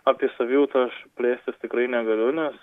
apie savijautą aš plėstis tikrai negaliu nes